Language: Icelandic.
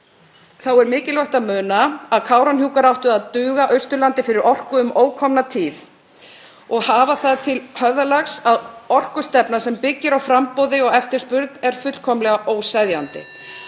Þá er mikilvægt að muna að Kárahnjúkar áttu að duga Austurlandi fyrir orku um ókomna tíð. Höfum það til höfðalags að orkustefna sem byggir á framboði og eftirspurn er fullkomlega óseðjandi.